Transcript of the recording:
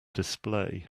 display